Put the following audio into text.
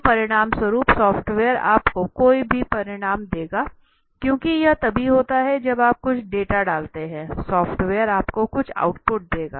तो परिणामस्वरूप सॉफ्टवेयर आपको कोई भी परिणाम देगा क्योंकि यह तभी होता है जब आप कुछ डेटा डालते हैं सॉफ्टवेयर आपको कुछ आउटपुट देगा